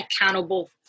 accountable